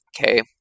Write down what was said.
Okay